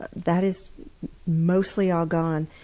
but that is mostly all gone.